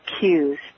cues